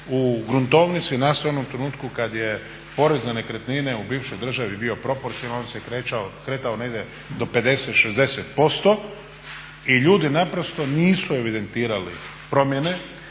u gruntovnici nastao u onom trenutku kad je porez na nekretnine u bivšoj državi bio proporcionalan, on se kretao negdje do 50, 60% i ljudi naprosto nisu evidentirali promjene,